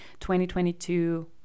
2022